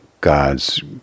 God's